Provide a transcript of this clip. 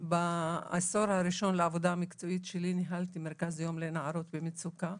בעשור הראשון לעבודה המקצועית שלי ניהלתי מרכז יום לנערות במצוקה,